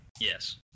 Yes